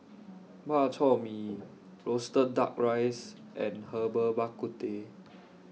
Bak Chor Mee Roasted Duck Rice and Herbal Bak Ku Teh